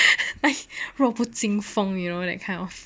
弱不经风 you know that kind of